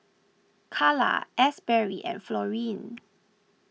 Kala Asberry and Florine